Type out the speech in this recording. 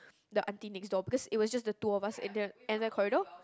the aunty next door because it was just the two of us and their and their corridor